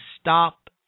stop